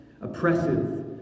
Oppressive